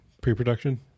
Pre-production